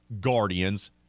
Guardians